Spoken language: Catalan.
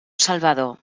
salvador